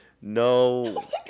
No